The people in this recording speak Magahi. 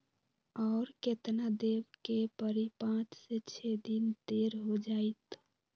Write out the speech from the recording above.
और केतना देब के परी पाँच से छे दिन देर हो जाई त?